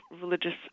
religious